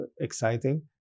exciting